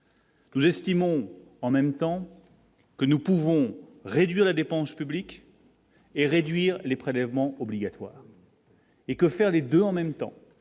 Nous estimons en même temps que nous pouvons réduire la dépense publique. Et réduire les prélèvements obligatoires. Et que faire les 2 en même temps,